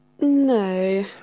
No